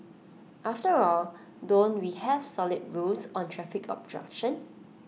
after all don't we have solid rules on traffic obstruction